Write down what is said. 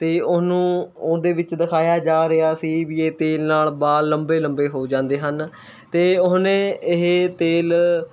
ਅਤੇ ਉਹਨੂੰ ਉਹਦੇ ਵਿੱਚ ਦਿਖਾਇਆ ਜਾ ਰਿਹਾ ਸੀ ਵੀ ਇਹ ਤੇਲ ਨਾਲ਼ ਵਾਲ ਲੰਬੇ ਲੰਬੇ ਹੋ ਜਾਂਦੇ ਹਨ ਅਤੇ ਉਹਨੇ ਇਹ ਤੇਲ